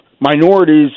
minorities